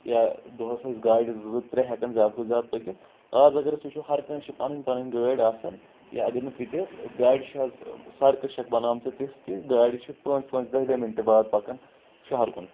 یا دۄہس ٲسۍ گاڑِ زٕ ترٛےٚ ہٮ۪کان زیادٕ کھۄتہٕ زیادٕ پٔکِتھ آز اگر أسۍ وٕچھو ہر کٲنٛسہِ چھِ پنٕنۍ پنٕنۍ گٲڑۍ آسان یا اگر نہٕ تہِ تہِ گاڑِ چھِ حظ سڑکہٕ چھکھ بنامژٕ تِژھ کہِ گاڑِ چھِ پانٛژِ پانٛژِ دہہِ دہہِ منٹہٕ باد پکان شہر کُن